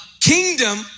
kingdom